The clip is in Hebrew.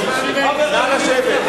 נא לשבת.